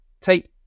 take